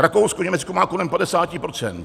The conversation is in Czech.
Rakousko, Německo má kolem 50 %.